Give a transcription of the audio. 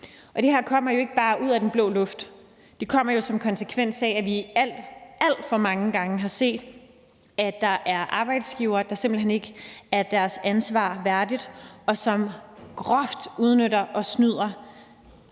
Det her kommer jo ikke bare ud af den blå luft. Det kommer jo som konsekvens af, at vi alt, alt for mange gange har set, at der er arbejdsgivere, der simpelt hen ikke er deres ansvar værdigt, og som groft udnytter og snyder